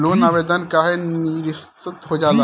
Loan आवेदन काहे नीरस्त हो जाला?